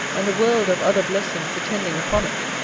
and a world of other blessings attending upon it.